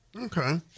Okay